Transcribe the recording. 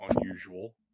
unusual